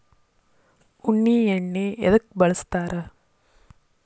ಉಣ್ಣಿ ಎಣ್ಣಿ ಎದ್ಕ ಬಳಸ್ತಾರ್?